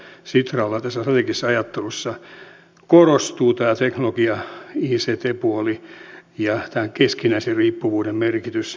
sitralla tässä strategisessa ajattelussa korostuu teknologia ict puoli ja tämä keskinäisen riippuvuuden merkitys